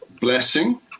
blessing—